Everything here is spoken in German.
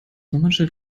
nummernschild